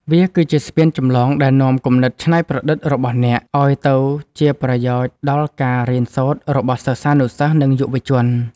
វាគឺជាស្ពានចម្លងដែលនាំគំនិតច្នៃប្រឌិតរបស់អ្នក ឱ្យទៅជាប្រយោជន៍ដល់ការរៀនសូត្ររបស់សិស្សានុសិស្ស និងយុវជន។